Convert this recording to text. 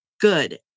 good